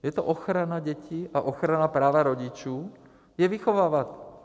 Je to ochrana dětí a ochrana práva rodičů je vychovávat.